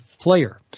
player